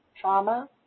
trauma